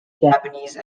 japanese